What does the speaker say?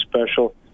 special